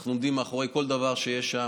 אנחנו עומדים מאחורי כל דבר שיש שם.